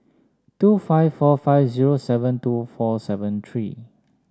two five four five zero seven two four seven three